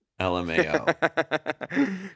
LMAO